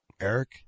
Eric